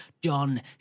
John